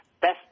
best